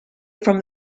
from